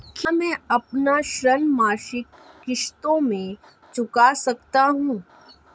क्या मैं अपना ऋण मासिक किश्तों में चुका सकता हूँ?